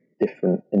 different